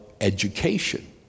education